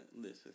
Listen